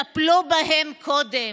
טפלו בהם קודם,